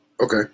Okay